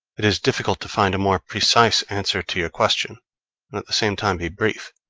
it is difficult to find a more precise answer to your question and at the same time be brief.